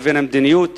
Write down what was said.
לבין המדיניות